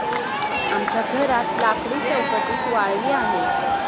आमच्या घरात लाकडी चौकटीत वाळवी आहे